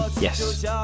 yes